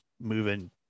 moving